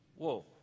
Whoa